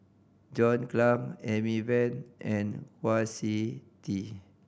John Clang Amy Van and Kwa Siew Tee